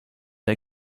der